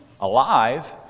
alive